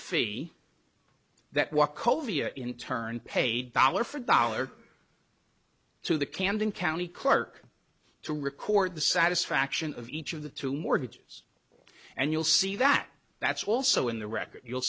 fee that what covina in turn paid dollar for dollar to the camden county clerk to record the satisfaction of each of the two mortgages and you'll see that that's also in the record you'll